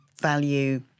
value